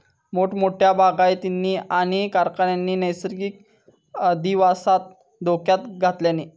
मोठमोठ्या बागायतींनी आणि कारखान्यांनी नैसर्गिक अधिवासाक धोक्यात घातल्यानी